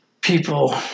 people